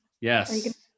Yes